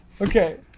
Okay